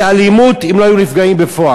זה אלימות אם לא היו נפגעים בפועל.